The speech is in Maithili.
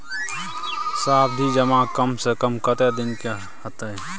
सावधि जमा कम से कम कत्ते दिन के हते?